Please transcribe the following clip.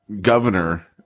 governor